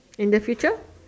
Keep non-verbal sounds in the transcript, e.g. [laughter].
[noise] in the future